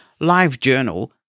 LiveJournal